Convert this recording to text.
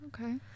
Okay